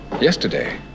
Yesterday